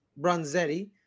Bronzetti